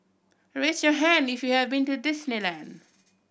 raise your hand if you have been to Disneyland